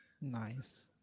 Nice